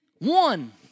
One